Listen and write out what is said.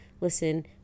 listen